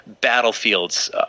battlefields